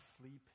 sleep